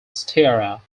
styria